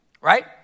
right